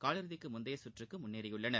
காலிறுதிக்கு முந்தைய சுற்றுக்கு முன்னேறியுள்ளனர்